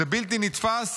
זה בלתי נתפס